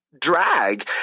drag